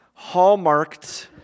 hallmarked